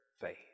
faith